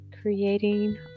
creating